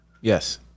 Yes